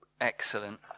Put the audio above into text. excellent